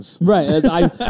Right